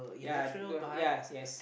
ya don't want ya yes